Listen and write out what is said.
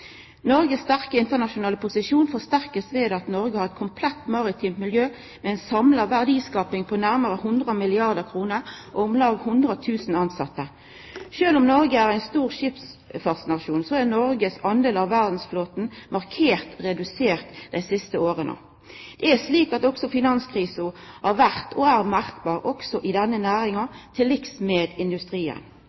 Noregs sterke internasjonale posisjon blir forsterka ved at Noreg har eit komplett maritimt miljø, med ei samla verdiskaping på nærare 100 milliardar kr og om lag 100 000 tilsette. Sjølv om Noreg er ein stor skipsfartsnasjon, er Noregs del av verdsflåten markert redusert dei siste åra. Det er slik at finanskrisa har vore og er merkbar også i denne næringa, til liks med i industrien.